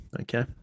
Okay